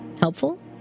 Helpful